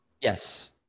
Yes